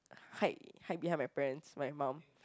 hide hide behind my parents my mum